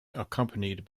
accompanied